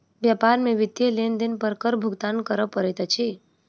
व्यापार में वित्तीय लेन देन पर कर भुगतान करअ पड़ैत अछि